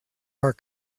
are